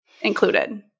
included